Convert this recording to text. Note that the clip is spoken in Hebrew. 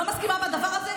לא מסכימה בדבר הזה.